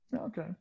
Okay